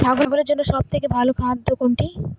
ছাগলের জন্য সব থেকে ভালো খাদ্য কোনটি?